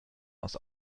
aus